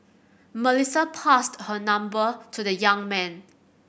Melissa passed her number to the young man